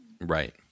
Right